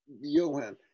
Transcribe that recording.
Johan